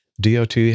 DOT